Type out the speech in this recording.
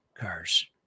cars